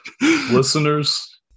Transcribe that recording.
Listeners